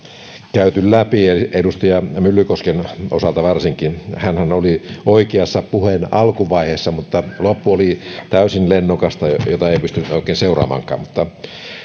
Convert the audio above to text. käyty läpi edustaja myllykosken osalta varsinkin hänhän oli oikeassa puheen alkuvaiheessa mutta loppu oli täysin lennokasta jota jota ei pystynyt oikein seuraamaankaan